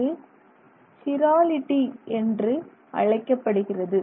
இது சிராலிட்டி என்று அழைக்கப்படுகிறது